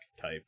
type